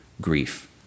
grief